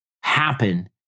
happen